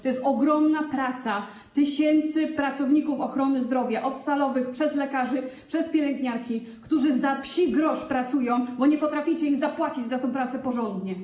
To jest ogromna praca tysięcy pracowników ochrony zdrowia, od salowych przez lekarzy, przez pielęgniarki, którzy za psi grosz pracują, bo nie potraficie im zapłacić za tę pracę porządnie.